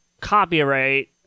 copyright